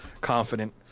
confident